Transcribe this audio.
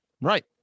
right